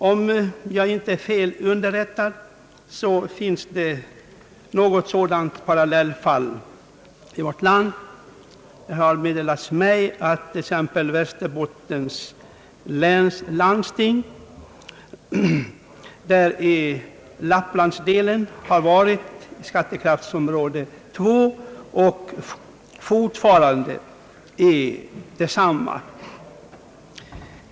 Om jag inte är fel underrättad finns något eller några parallellfall i vårt land. Det har meddelats mig att Väster bottens läns landsting i lapplandsdelen har tillhört och fortfarande tillhör skattekraftsområde 2.